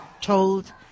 told